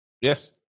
Yes